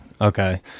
Okay